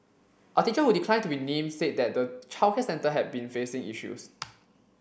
a teacher who declined to be named said that the childcare centre had been facing issues